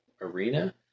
arena